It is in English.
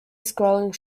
scrolling